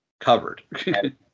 covered